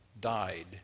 died